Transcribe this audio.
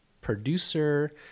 producer